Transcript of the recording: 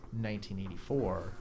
1984